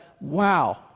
Wow